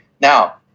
Now